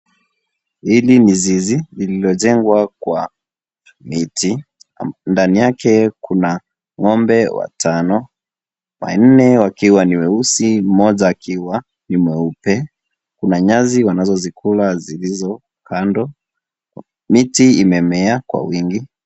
Hili ni zizi lililojengwa kwa miti. Ndani yake kuna ng'ombe watano, wanne wakiwa ni weusi mmoja akiwa ni mweupe. Kuna nyasi wanazozikula zilizo kando. Miti imemea kwa wingi.